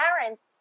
parents